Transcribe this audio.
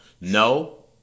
no